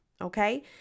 okay